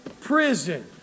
prison